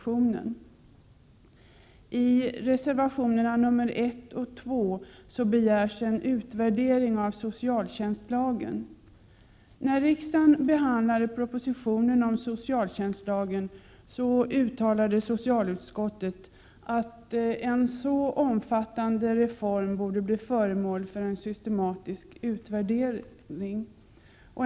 I reservationerna nr 1 och 2 begärs en utvärdering av socialtjänstlagen. När riksdagen behandlade propositionen om socialtjänstlagen uttalade socialutskottet att en så omfattande reform borde bli föremål för en systematisk utvärdering.